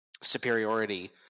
superiority